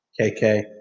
KK